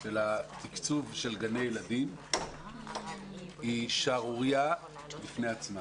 של התקצוב של גני ילדים הוא שערורייה בפני עצמה.